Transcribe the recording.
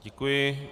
Děkuji.